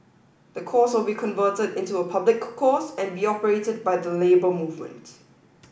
the course will be converted into a public course and be operated by the Labour Movement